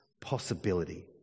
possibility